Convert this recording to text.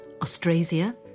Austrasia